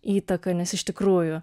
įtaką nes iš tikrųjų